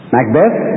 Macbeth